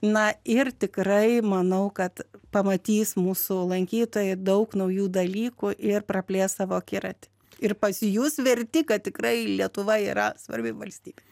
na ir tikrai manau kad pamatys mūsų lankytojai daug naujų dalykų ir praplės savo akiratį ir pasijus verti kad tikrai lietuva yra svarbi valstybė